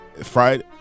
Friday